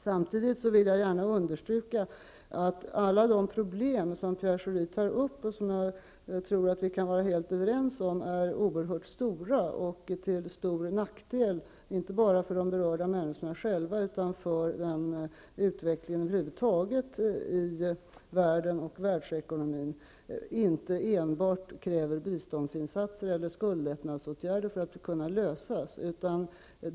Jag tror att vi kan vara helt överens om att alla de problem som Pierre Schori tar upp är oerhört stora och till stor nackdel, inte bara för de berörda människorna själva utan för en utveckling över huvud taget i världen och världsekonomin. Jag vill gärna understryka att det inte enbart krävs biståndsinsatser eller skuldlättnadsåtgärder för att dessa problem skall kunna lösas.